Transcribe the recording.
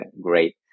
great